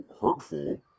Hurtful